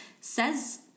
says